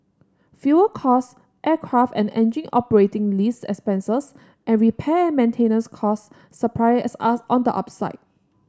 fuel cost aircraft and engine operating lease expenses and repair and maintenance costs surprised us on the upside